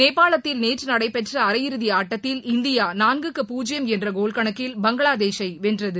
நேபாளத்தில் நேற்று நடைபெற்ற அரையிறுதி ஆட்டத்தில் இந்தியா நான்குக்கு பூஜ்ஜியம் என்ற கோல் கணக்கில் பங்களாதேஷை வென்றது